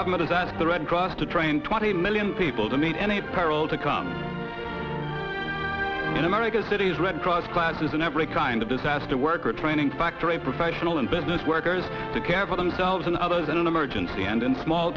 government is that the red cross to train twenty million people to meet any peril to come in america cities red cross classes in every kind of disaster worker training factory professional and business workers to care for themselves and others in an emergency and in small